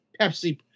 pepsi